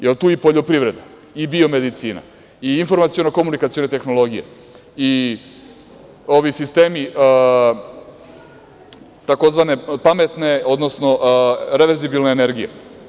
Jel tu i poljoprivreda i biomedicina i informaciono-komunikacione tehnologije i ovi sistemi tzv. pametne, odnosno reverzibilne energije?